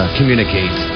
communicate